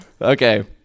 Okay